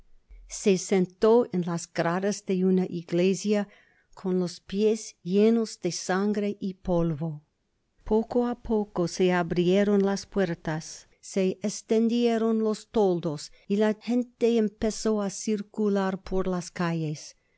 se sentó en las gradas de una iglesia con los pies llenos de sangre y polvo poco á poco se abrieron las puertas se estendieron los toldos y la gente empezó á circular por las calles